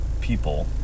people